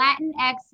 Latinx